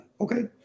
okay